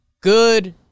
Good